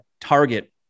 Target